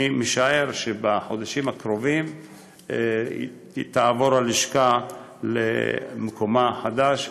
אני משער שבחודשים הקרובים תעבור הלשכה למקומה החדש,